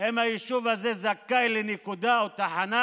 אם היישוב הזה זכאי לנקודה או לתחנה